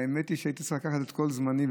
האמת היא שהייתי צריך לקחת את כל זמני,